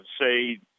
say